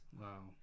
Wow